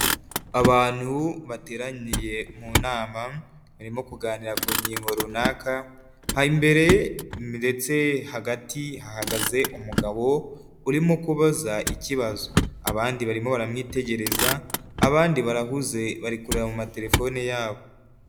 Abantu bateraniye mu nama barimo kuganira ku ngingo runaka, hari imbere ndetse hagati hahagaze umugabo urimo kubaza ikibazo abandi barimo baramwitegereza abandi barahuze bari kureba mu matelefone yabo.